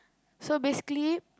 so basically